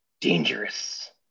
dangerous